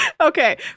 Okay